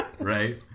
Right